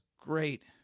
great